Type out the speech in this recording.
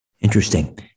Interesting